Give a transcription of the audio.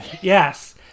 Yes